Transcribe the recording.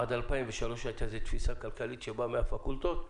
עד 2003 הייתה תפיסה כלכלית שבאה מהפקולטות,